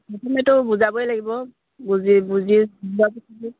প্ৰথমেতো বুজাবই লাগিব বুজি বুজি